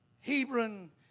Hebron